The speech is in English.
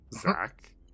Zach